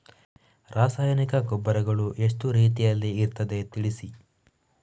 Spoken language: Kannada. ರಾಸಾಯನಿಕ ಗೊಬ್ಬರಗಳು ಎಷ್ಟು ರೀತಿಯಲ್ಲಿ ಇರ್ತದೆ ತಿಳಿಸಿ?